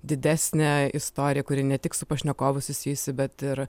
didesnę istoriją kuri ne tik su pašnekovu susijusi bet ir